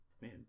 Man